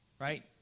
Right